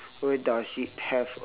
where does it have